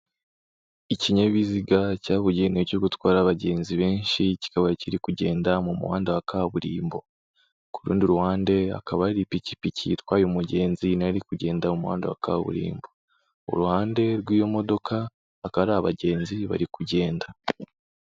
Ikinyabiziga cyabugenewe cyo gutwara abagenzi benshi kikaba kiri kugenda mu muhanda wa kaburimbo, ku rundi ruhande hakaba hari ipikipiki itwaye umugenzi na yo iri kugenda mu muhanda wa kaburimbo, uruhande rw'iyo modoka hakaba hari abagenzi bari kugenda.